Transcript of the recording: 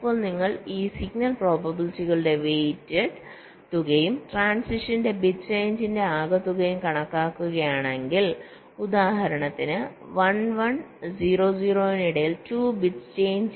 ഇപ്പോൾ നിങ്ങൾ ഈ സിഗ്നൽ പ്രോബബിലിറ്റികളുടെ വെയ്റ്റഡ് തുകയും ട്രാന്സിഷൻസിന്റെ ബിറ്റ് ചേഞ്ച്ന്റെ ആകെത്തുകയും കണക്കാക്കുകയാണെങ്കിൽ ഉദാഹരണത്തിന്1 10 0 ന് ഇടയിൽ 2 ബിറ്റ്സ് ചേഞ്ച്